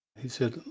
he said,